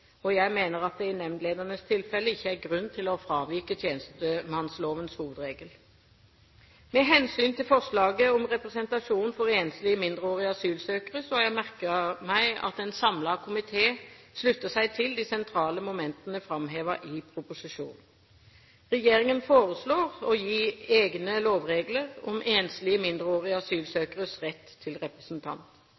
Jeg mener at det i nemndledernes tilfelle ikke er grunn til å fravike tjenestemannslovens hovedregel. Med hensyn til forslaget om representasjon for enslige, mindreårige asylsøkere, har jeg merket meg at en samlet komité slutter seg til de sentrale momentene framhevet i proposisjonen. Regjeringen foreslår å gi egne lovregler om enslige, mindreårige